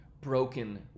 broken